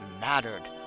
mattered